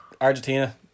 Argentina